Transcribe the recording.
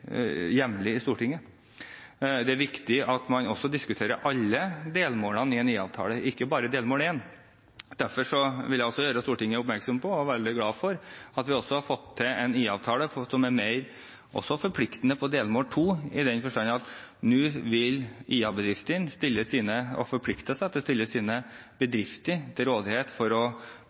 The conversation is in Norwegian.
jevnlig i Stortinget. Det er viktig at man også diskuterer alle delmålene i en IA-avtale, ikke bare delmål 1. Derfor vil jeg også gjøre Stortinget oppmerksom på, og jeg er veldig glad for, at vi har fått til en IA-avtale som er mer forpliktende på delmål 2, i den forstand at nå vil IA-bedriftene forplikte seg til å stille sine bedrifter til rådighet, slik at de kan brukes mye mer aktivt for å